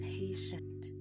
patient